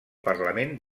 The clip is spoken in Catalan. parlament